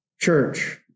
church